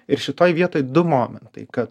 ir šitoj vietoj du momentai kad